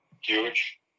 huge